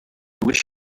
wish